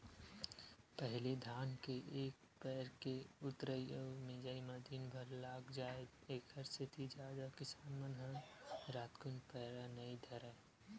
पहिली धान के एक पैर के ऊतरई अउ मिजई म दिनभर लाग जाय ऐखरे सेती जादा किसान मन ह रातकुन पैरा नई धरय